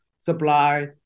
supply